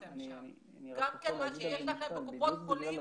גם מה שיש לכם בקופות החולים,